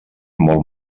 molt